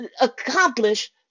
accomplish